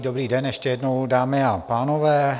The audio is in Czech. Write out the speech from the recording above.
Dobrý den ještě jednou, dámy a pánové.